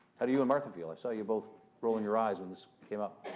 how do you and martha feel? i saw you both rolling your eyes when this came up.